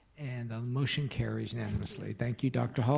and the motion carries unanimously. thank you dr. hall,